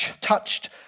touched